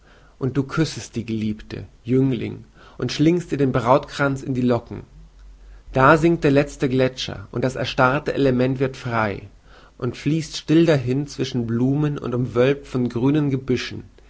und du küssest die geliebte jüngling und schlingst ihr den brautkranz in die locken da sinkt der letzte glätscher und das erstarrte element wird frei und fließt still dahin zwischen blumen und überwölkt von grünen gebüschen